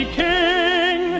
king